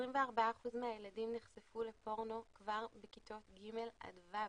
24% מהילדים נחשפו לפורנו כבר בכיתות ג'-ו'.